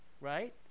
right